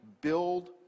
build